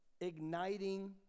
Igniting